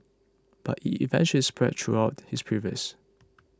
but it eventually spread throughout his pelvis